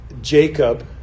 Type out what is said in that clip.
Jacob